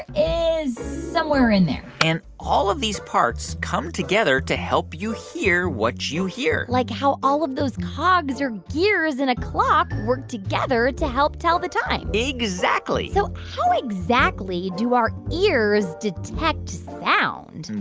is somewhere in there and all of these parts come together to help you hear what you hear like how all of those cogs, or gears, in a clock work together to help tell the time exactly so how exactly do our ears detect sound?